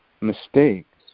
mistakes